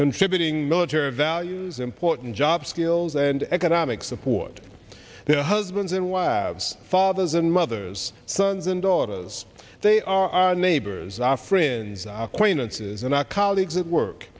contributing military values important job skills and economic support their husbands and wives fathers and mothers sons and daughters they are our neighbors our friends our acquaintances and our colleagues at work